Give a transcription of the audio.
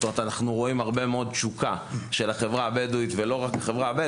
אנחנו רואים הרבה מאוד תשוקה לנושא הזה בחברה הבדואית אבל לא רק בה,